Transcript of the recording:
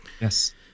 yes